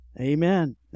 Amen